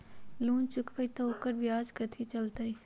Loan चुकबई त ओकर ब्याज कथि चलतई?